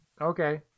Okay